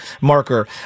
marker